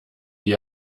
wie